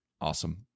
awesome